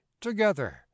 together